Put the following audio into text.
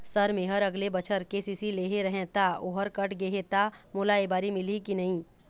Sir मेहर अगले बछर के.सी.सी लेहे रहें ता ओहर कट गे हे ता मोला एबारी मिलही की नहीं?